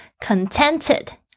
Contented